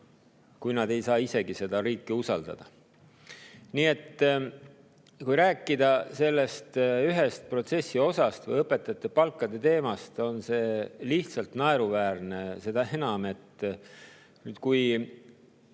kui nad ei saa isegi seda riiki usaldada? Nii et kui rääkida sellest ühest protsessi osast või õpetajate palkade teemast, siis on see lihtsalt naeruväärne. Seda enam, et kui